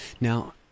Now